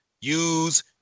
use